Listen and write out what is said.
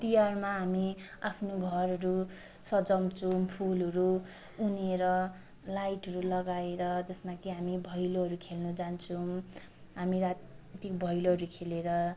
तिहारमा हामी आफ्नो घरहरू सजाउँछौँ फुलहरू उनेर लाइटहरू लगाएर जसमा कि हामी भैलोहरू खेल्न जान्छौँ हामी राति भैलोहरू खेलेर